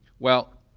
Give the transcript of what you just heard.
well,